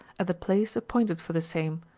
at the place appointed for the same,